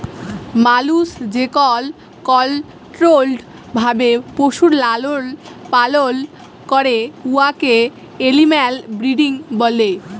মালুস যেকল কলট্রোল্ড ভাবে পশুর লালল পালল ক্যরে উয়াকে এলিম্যাল ব্রিডিং ব্যলে